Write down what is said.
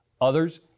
Others